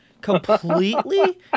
completely